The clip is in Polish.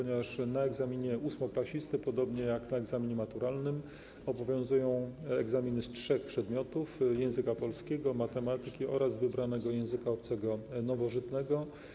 Na egzaminie ósmoklasisty, podobnie jak na egzaminie maturalnym, obowiązują egzaminy z trzech przedmiotów: języka polskiego, matematyki oraz wybranego języka obcego nowożytnego.